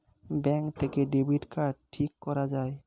bank থেকে debit card ঠিক করা যায়